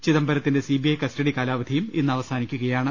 ചിദംബരത്തിന്റെ C B I custody കാലാവധിയും ഇന്ന് അവ സാനിക്കുകയാണ്